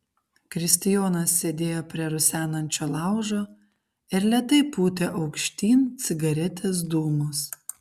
kristijonas sėdėjo prie rusenančio laužo ir lėtai pūtė aukštyn cigaretės dūmus